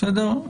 בסדר?